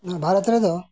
ᱵᱷᱟᱨᱚᱛᱚ ᱨᱮᱫᱚ